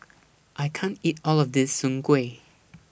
I can't eat All of This Soon Kway